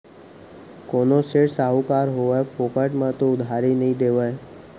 कोनो सेठ, साहूकार होवय फोकट म तो उधारी नइ देवय